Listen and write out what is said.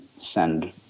send